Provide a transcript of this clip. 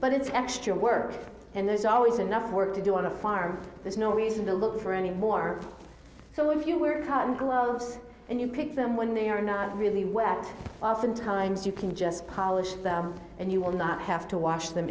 but it's extra work and there's always enough work to do on a farm there's no reason to look for any more so if you were gloves and you pick them when they are not really wet sometimes you can just polish them and you will not have to wash them